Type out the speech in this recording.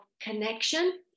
connection